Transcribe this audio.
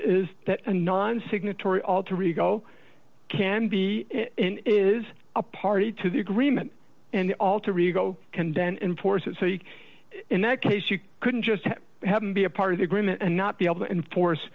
is that a non signatory alter ego can be is a party to the agreement and alter ego can dent enforce it so he in that case you couldn't just have him be a part of the agreement and not be able to enforce